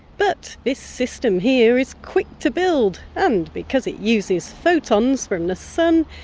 but this system here is quick to build and, because it uses photons from the sun,